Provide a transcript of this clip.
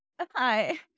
Hi